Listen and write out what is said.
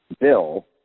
bill